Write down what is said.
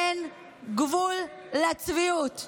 אין גבול לצביעות.